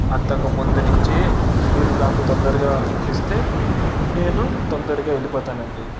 అంతకు ముందు నుంచే మీరు నాకు తొందరగా ఇప్పిస్తే నేను తొందరగా వెళ్ళిపోతానండి